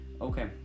okay